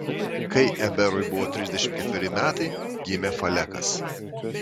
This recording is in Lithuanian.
kai eberui buvo trisdešimt ketveri metai gimė falekas